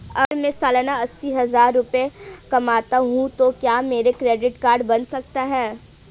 अगर मैं सालाना अस्सी हज़ार रुपये कमाता हूं तो क्या मेरा क्रेडिट कार्ड बन सकता है?